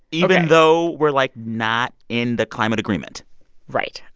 even though we're, like, not in the climate agreement right.